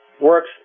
works